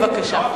בבקשה.